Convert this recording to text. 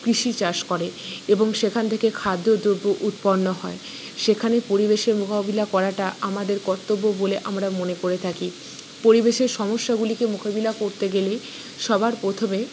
কৃষি চাষ করে এবং সেখান থেকে খাদ্য দ্রব্য উৎপন্ন হয় সেখানে পরিবেশের মোকাবিলা করাটা আমাদের কর্তব্য বলে আমরা মনে করে থাকি পরিবেশের সমস্যাগুলিকে মোকাবিলা করতে গেলে সবার প্রথমে